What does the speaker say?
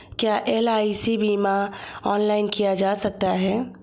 क्या एल.आई.सी बीमा ऑनलाइन किया जा सकता है?